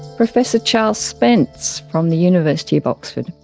professor charles spence from the university of oxford.